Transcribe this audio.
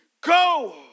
Go